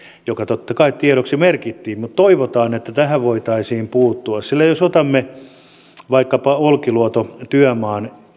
joka totta kai tiedoksi merkittiin mutta toivotaan että tähän voitaisiin puuttua jos otamme esimerkkinä vaikkapa olkiluoto työmaan